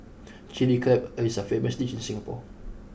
chilli crab is a famous dish in Singapore